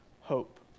hope